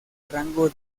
rango